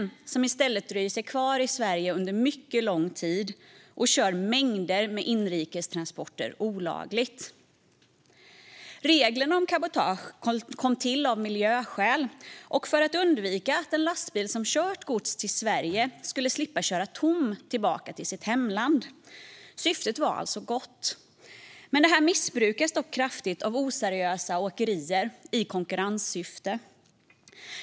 I stället dröjer de sig kvar i Sverige under mycket lång tid och kör mängder med inrikestransporter olagligt. Reglerna om cabotage kom till av miljöskäl och för att en lastbil som kört gods till Sverige skulle slippa köra tom tillbaka till hemlandet. Syftet var alltså gott. Det här missbrukas dock kraftigt av oseriösa åkerier i konkurrenssyfte.